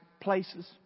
places